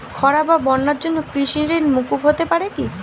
খরা বা বন্যার জন্য কৃষিঋণ মূকুপ হতে পারে কি?